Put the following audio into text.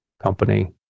company